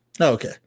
Okay